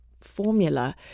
formula